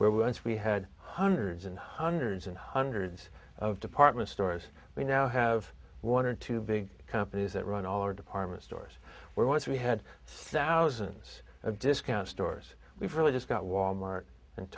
where once we had hundreds and hundreds and hundreds of department stores we now have one or two big companies that run all our department stores where once we had thousands of discount stores we've really just got wal mart and